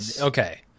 Okay